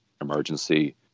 emergency